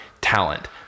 talent